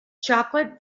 chocolate